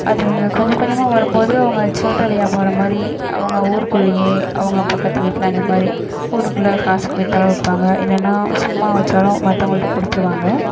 அது அவங்க கொஞ்சம் கொஞ்சமாக வரும்போது அவங்க சில்றை வியாபாரம் மாதிரி அவங்க ஊருக்குள்ளேயே அவங்க பக்கத்து வீட்டில் அந்த மாதிரி ஊருக்குள்ளே காசுக்கு விற்றாலும் விற்பாங்க இல்லைனா சும்மா வைச்சாலும் மற்றவங்கள்ட கொடுத்துருவாங்க